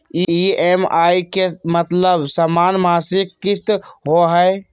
EMI के मतलब समान मासिक किस्त होहई?